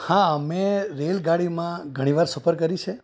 હા મેં રેલગાડીમાં ઘણીવાર સફર કરી છે